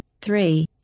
three